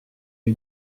les